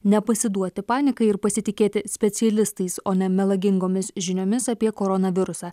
nepasiduoti panikai ir pasitikėti specialistais o ne melagingomis žiniomis apie koronavirusą